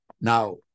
Now